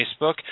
Facebook